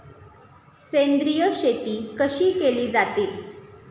सेंद्रिय शेती कशी केली जाते?